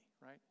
right